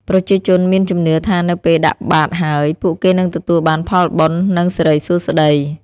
ប្រជាជនមានជំនឿថានៅពេលដាក់បាតហើយ ពួកគេនឹងទទួលបានផលបុណ្យ និងសិរីសួស្ដី។